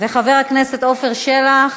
אני חייבת לפי הפרוטוקול לקרוא לכולם.